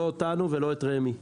לא אותנו ולא את רמ"י.